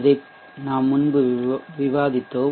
இதை நாம் முன்பு விவாதித்தோம்